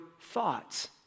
thoughts